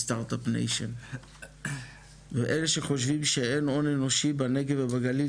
START UP NATION. ואלה שחושבים שאין הון אנושי בנגב ובגליל,